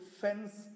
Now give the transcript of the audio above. fence